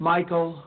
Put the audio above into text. Michael